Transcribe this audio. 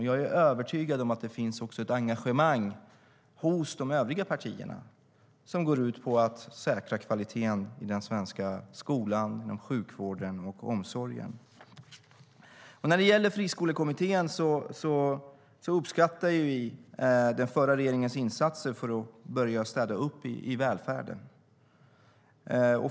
Jag är övertygad om att det också finns ett engagemang hos de övriga partierna som går ut på att säkra kvaliteten i den svenska skolan, inom sjukvården och inom omsorgen. När det gäller Friskolekommittén uppskattar vi den förra regeringens insatser för att börja städa upp i välfärden.